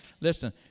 listen